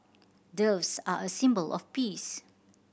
doves are a symbol of peace